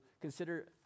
consider